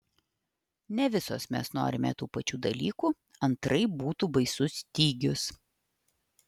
ne visos mes norime tų pačių dalykų antraip būtų baisus stygius